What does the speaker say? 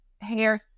hair